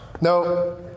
No